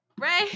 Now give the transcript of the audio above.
ray